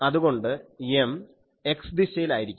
അതുകൊണ്ട് M x ദിശയിലായിരിക്കും